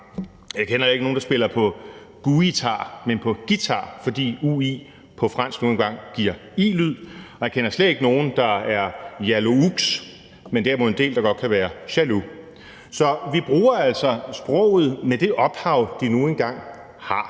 Jeg kender ikke nogen, der spiller på g-u-itar, men på guitar, fordi ui på fransk nu engang giver i-lyd. Og jeg kender slet ikke nogen, der er jalo-ux, men derimod en del, der godt kan være jaloux. Så vi bruger altså sproget med det ophav, det nu engang har.